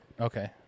Okay